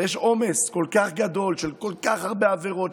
אבל יש עומס כל כך גדול של כל כך הרבה עבירות,